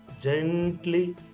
gently